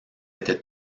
était